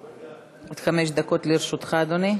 עד חמש דקות לרשותך, אדוני.